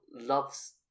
loves